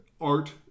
Art